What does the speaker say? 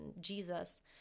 Jesus